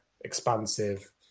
expansive